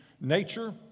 nature